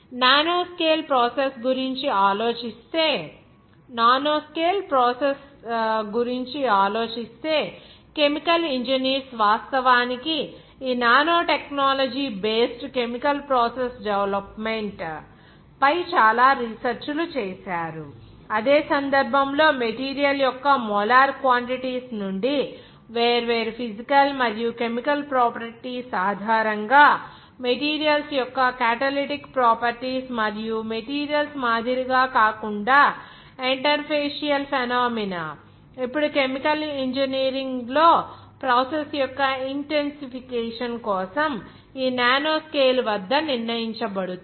nano scale processes గురించి ఆలోచిస్తే chemical engineers వాస్తవానికి ఈ nano technology based chemical process development process intensification పై చాలా రీసెర్చ్ లు చేశారు అదే సందర్భంలో మెటీరియల్ యొక్క మోలార్ క్వాంటిటీస్ నుండి వేర్వేరు ఫీజికల్ మరియు కెమికల్ ప్రాపర్టీస్ ఆధారంగా మెటీరియల్స్ యొక్క క్యాటలిటిక్ ప్రాపర్టీస్ మరియు మెటీరియల్స్ మాదిరిగా కాకుండా ఇంటర్ఫేషియల్ ఫెనోమెన ఇప్పుడు కెమికల్ ఇంజనీరింగ్లో ప్రాసెస్ యొక్క ఇన్టెన్సిఫికేషన్ కోసం ఈ నానో స్కేలు వద్ద నిర్ణయించబడుతుంది